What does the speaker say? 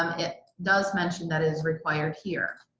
um it does mention that is required here,